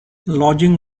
lodging